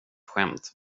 skämt